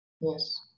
Yes